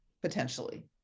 potentially